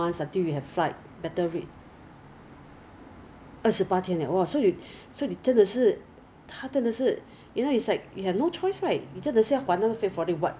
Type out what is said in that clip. some some you you see ah already have they have their category inside lah 你可以去 like women fashion you can go and see their skirt their dresses at home furniture you can see they have each category but it's something